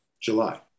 July